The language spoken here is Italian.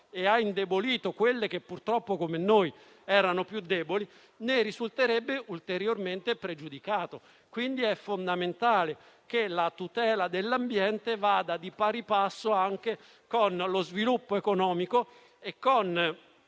e ha indebolito quelle che purtroppo, come la nostra, erano più deboli, ne risulterebbe ulteriormente pregiudicato. È fondamentale, pertanto, che la tutela dell'ambiente vada di pari passo con lo sviluppo economico e con